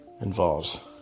involves